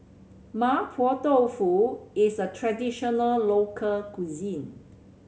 Mapo Tofu is a traditional local cuisine